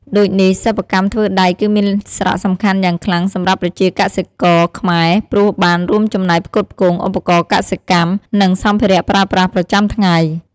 ដូចនេះ សិប្បកម្មធ្វើដែកគឺមានសារៈសំខាន់យ៉ាងខ្លាំងសម្រាប់ប្រជាកសិករខ្មែរ ព្រោះបាន រួមចំណែក ផ្គត់ផ្គង់ ឧបករណ៍កសិកម្ម និង សម្ភារៈប្រើប្រាស់ប្រចាំថ្ងៃ។